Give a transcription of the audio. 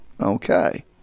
Okay